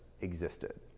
existed